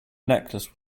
necklace